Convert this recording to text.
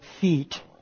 feet